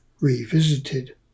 revisited